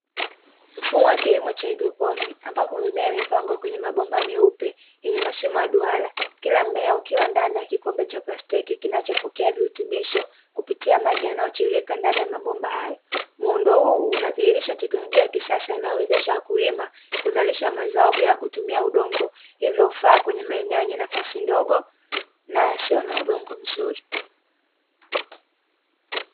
Mfumo wa kilimo cha migogoro ambapo mimea imepangwa kwenye mabomba meupe kila mmea, ukiwa ndani ya kikombe cha plastiki kinachopokea virutubisho kupitia maji yanayoshirika ndani ya mabomba huu unadhihirisha teknolojia ya kisasa inawezesha wakulima kuzalisha mazao bila kutumia udongo, hivyo vifaa kwenye nafasi ndogo mbaya sio na udongo mzuri.